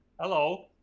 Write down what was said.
Hello